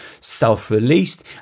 self-released